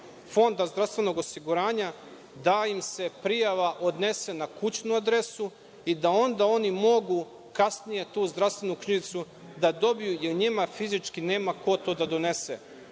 fonda zdravstvenog osiguranja da im se prijava odnese na kućnu adresu i da onda oni mogu, kasnije, tu zdravstvenu knjižicu da dobiju, jer njima fizički nema ko da donese. Mi